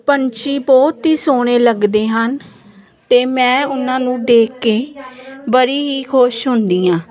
ਪੰਛੀ ਬਹੁਤ ਹੀ ਸੋਹਣੇ ਲੱਗਦੇ ਹਨ ਅਤੇ ਮੈਂ ਉਹਨਾਂ ਨੂੰ ਦੇਖ ਕੇ ਬੜੀ ਹੀ ਖੁਸ਼ ਹੁੰਦੀ ਹਾਂ